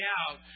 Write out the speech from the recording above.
out